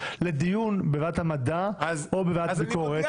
בדיון בוועדת המדע או ועדת הביקורת.